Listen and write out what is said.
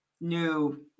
new